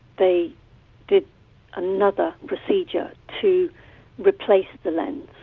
they did another procedure to replace the lens.